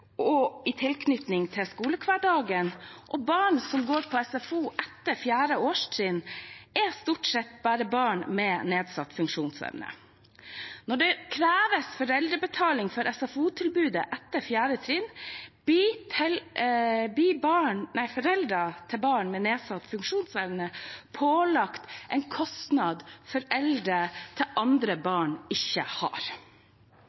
og tilsynstilbud i tilknytning til skolehverdagen. De som går på SFO etter 4. årstrinn, er stort sett bare barn med nedsatt funksjonsevne. Når det kreves foreldrebetaling for SFO-tilbudet etter 4. trinn, blir foreldre til barn med nedsatt funksjonsevne pålagt en kostnad foreldre til andre